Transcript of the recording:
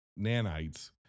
nanites